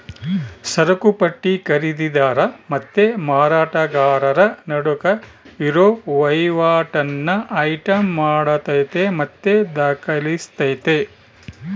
ಸರಕುಪಟ್ಟಿ ಖರೀದಿದಾರ ಮತ್ತೆ ಮಾರಾಟಗಾರರ ನಡುಕ್ ಇರೋ ವಹಿವಾಟನ್ನ ಐಟಂ ಮಾಡತತೆ ಮತ್ತೆ ದಾಖಲಿಸ್ತತೆ